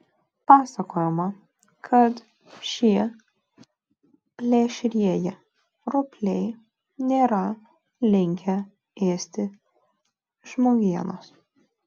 pasakojama kad šie plėšrieji ropliai nėra linkę ėsti žmogienos